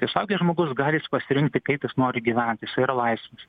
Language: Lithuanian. tai suaugęs žmogus gali jis pasirinkti kaip jis nori gyventi jisai yra laisvas